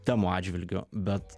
temų atžvilgiu bet